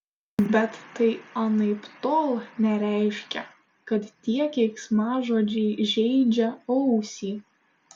bet tai anaiptol nereiškia kad tie keiksmažodžiai žeidžia ausį